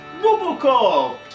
robocop